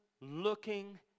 looking